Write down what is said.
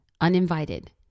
uninvited